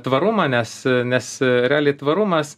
tvarumą nes nes realiai tvarumas